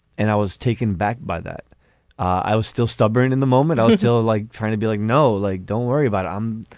and i was taken back by that i was still stubborn in the moment. i'm still like trying to be like no. like don't worry about it i'm.